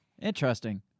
Interesting